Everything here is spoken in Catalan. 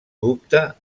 dubta